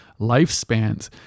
lifespans